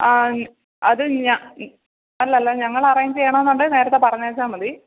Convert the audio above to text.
അത് ഞ അല്ല അല്ല ഞങ്ങൾ അറേഞ്ച് ചെയ്യണമെന്നുണ്ടെങ്കിൽ നേരത്തെ പറഞ്ഞാൽ മതി